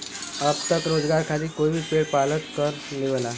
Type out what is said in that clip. अब त रोजगार खातिर कोई भी भेड़ पालन कर लेवला